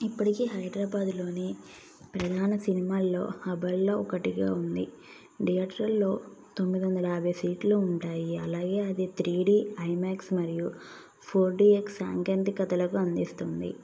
ఇప్పుడికి హైద్రాబాదులోని ప్రధాన సినిమాల్లో అబలలో ఒకటిగా ఉంది థియేటర్లో తొమ్మిదొందల యాభై సీట్లు ఉంటాయి అలాగే అది త్రీ డి ఐమాక్స్ మరియు ఫోర్ డిఎక్స్ సాంకేతికతలుగా అందిస్తుంది